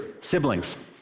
siblings